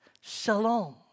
shalom